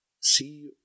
See